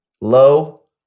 low